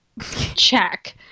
check